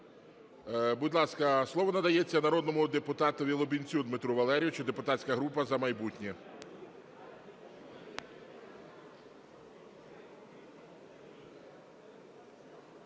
Будь ласка, слово надається народному депутату Лубінцю Дмитру Валерійовичу, депутатська група "За майбутнє".